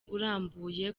urambye